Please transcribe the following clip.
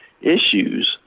issues